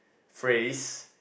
phrase